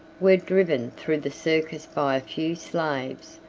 were driven through the circus by a few slaves,